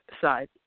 side